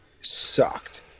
sucked